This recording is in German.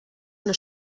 eine